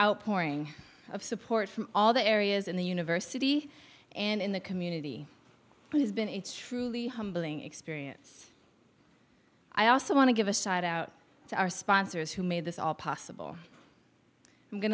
outpouring of support from all the areas in the university and in the community it has been a truly humbling experience i also want to give a shout out to our sponsors who made this all possible i'm going